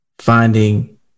finding